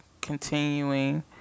continuing